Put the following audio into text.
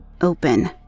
open